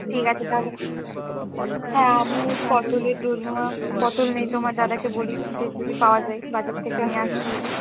ঠিক আছে তাহলে হ্যাঁ আমি ওই পটলের দোরমা পটল নেই তোমার দাদা কে বলি যে যদি পাওয়া যায় বাজার থেকে নিয়ে আসতে বলি